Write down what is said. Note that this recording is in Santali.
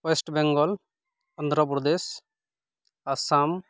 ᱚᱭᱮᱴ ᱵᱮᱝᱜᱚᱞ ᱚᱱᱫᱷᱨᱚ ᱯᱨᱚᱫᱮᱥ ᱟᱥᱟᱢ